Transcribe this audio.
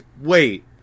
Wait